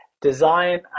design